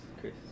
Chris